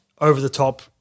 over-the-top